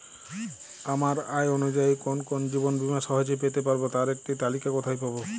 আমার আয় অনুযায়ী কোন কোন জীবন বীমা সহজে পেতে পারব তার একটি তালিকা কোথায় পাবো?